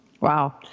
Wow